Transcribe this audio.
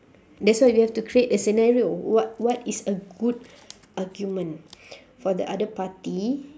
that's why you have to create a scenario what what is a good argument for the other party